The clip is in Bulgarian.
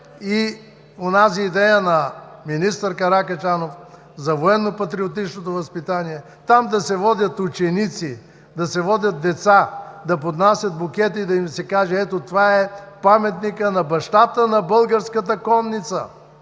онази идея на министър Каракачанов за военно-патриотичното възпитание – там да се водят ученици, деца, да поднасят букети и да им се казва: „Ето, това е паметникът на Бащата на българската конница!“